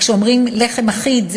וכשאומרים לחם אחיד,